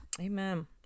Amen